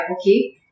okay